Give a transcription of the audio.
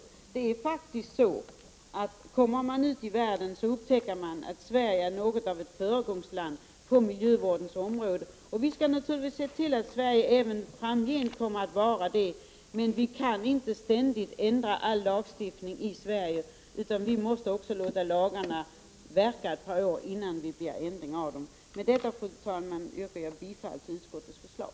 Kommer man ut i världen upptäcker man faktiskt att Sverige är något av ett föregångsland på miljövårdens om = Prot. 1989/90:31 råde. Vi skall naturligtvis se till att Sverige även framgent kommer att vara 22 november 1989 det, men vi kan inte ständigt ändra all lagstiftning i Sverige. Vi måste också. 7 låta lagarna verka ett par år innan vi begär ändring av dem. Med detta, fru talman, yrkar jag bifall till utskottets förslag.